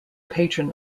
patron